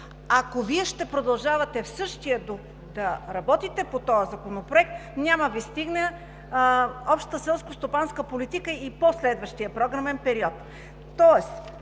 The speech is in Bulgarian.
Ако Вие ще продължавате в същия дух да работите по този законопроект, няма да Ви стигне общата селскостопанска политика и по-следващия програмен период.